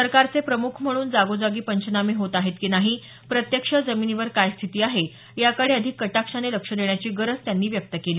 सरकारचे प्रमुख म्हणून जागोजागी पंचनामे होत आहेत की नाही प्रत्यक्ष जमिनीवर काय स्थिती आहे याकडे अधिक कटाक्षाने लक्ष देण्याची गरज त्यांनी व्यक्त केली